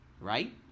right